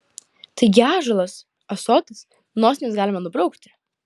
taigi ąžuolas ąsotis nosines galima nubraukti